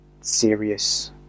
serious